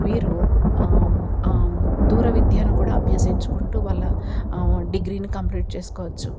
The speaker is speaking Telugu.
వీరు దూర విద్యను కూడా అభ్యసించుకుంటూ వాళ్ళ డిగ్రీని కంప్లీట్ చేసుకోవచ్చు